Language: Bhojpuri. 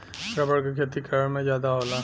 रबर के खेती केरल में जादा होला